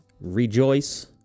rejoice